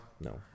No